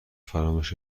فراموش